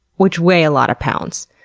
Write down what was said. which weigh a lot of pounds.